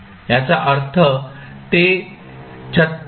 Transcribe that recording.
याचा अर्थ ते 36